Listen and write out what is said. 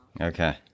Okay